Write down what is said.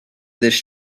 this